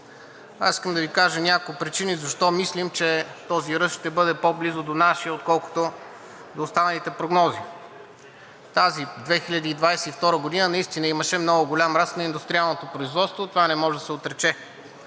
Искам да Ви кажа няколко причини защо мисля, че този ръст ще бъде по-близо до нашия, отколкото до останалите прогнози. Тази 2022 г. наистина имаше много голям ръст на индустриалното производство и това не може да се отрече.